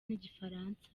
n’igifaransa